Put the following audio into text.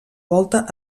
volta